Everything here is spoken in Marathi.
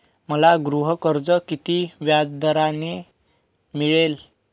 मला गृहकर्ज किती व्याजदराने मिळेल?